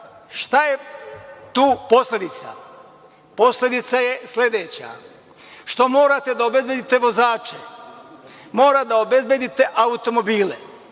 Šta je tu posledica? Posledica je sledeća – što morate da obezbedite vozače, morate da obezbedite automobile,